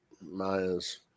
Maya's